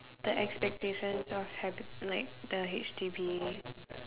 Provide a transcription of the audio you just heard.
the expectations of having like the H_D_B